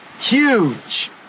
Huge